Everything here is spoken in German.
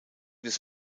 des